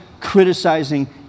criticizing